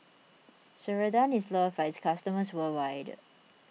Ceradan is loved by its customers worldwide